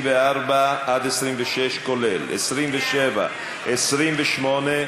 24 26, כולל, 27, 28,